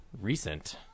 recent